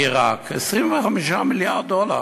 25 מיליארד דולר,